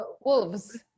wolves